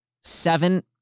Seven